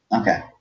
Okay